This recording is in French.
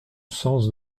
sens